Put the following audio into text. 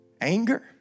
Anger